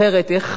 אחרת איך